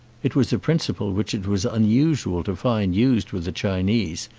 it was a principle which it was unusual to find used with the chinese,